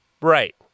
right